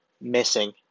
missing